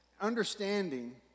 understanding